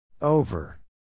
Over